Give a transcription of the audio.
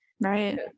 Right